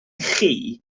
chi